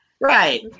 Right